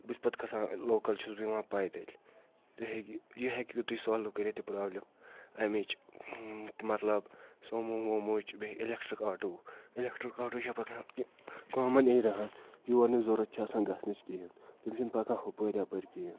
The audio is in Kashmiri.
بہٕ چھُس پَتہٕ کھسان لوکَل چھُس بہٕ یِوان پَے تیٚلہِ تہِ ہہٚکہِ یہِ ہیٚکہِ تُہۍ سالو کٔرِتھ یہِ پرٛابلِم اَمِچ مَطلب سومو وومو چھِ بیٚیہِ الیکٹرک آٹوٗ ایلیکٹرک آٹوٗ چھےٚ پَتہٕ انہِ کامَن ایریاہَن یورنِچ ضروٗرَتھ چھِ آسان گژھنٕچ کِہیٖنۍ تِم چھِنہٕ پَکان ہُپٲرۍ یَپٲرۍ کِہیٖنۍ